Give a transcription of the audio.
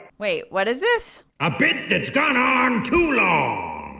wait, what is this? a bit that's gone on too long!